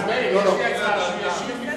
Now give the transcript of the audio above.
יש לי הצעה: שהוא ישיב לפני,